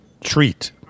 treat